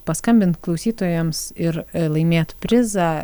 paskambint klausytojams ir laimėti prizą